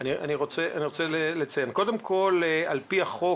פי החוק,